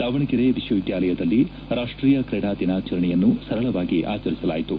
ದಾವಣಗೆರೆ ವಿಶ್ವವಿದ್ಯಾಲಯದಲ್ಲಿ ರಾಷ್ಟೀಯ ಕ್ರೀಡಾ ದಿನಾಚರಣೆಯನ್ನು ಸರಳವಾಗಿ ಆಚರಿಸಲಾಯಿತು